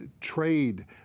trade